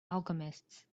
alchemists